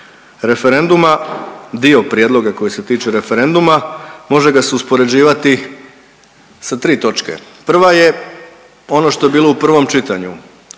referenduma, dio prijedloga koji se tiče referenduma može ga se uspoređivati sa tri točke. Prva je ono što je bilo u prvom čitanju,